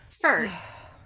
First